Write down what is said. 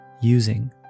using